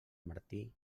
martí